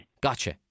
Gotcha